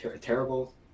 terrible